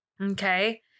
Okay